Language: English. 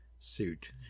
suit